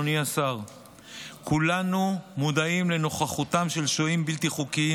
כנסת נכבדה,